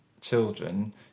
children